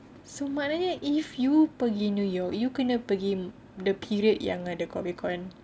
so maknanya if you pergi new york you kena pergi the period yang ada comic con